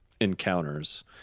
encounters